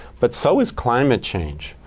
but so is climate change.